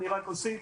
אני רק אוסיף,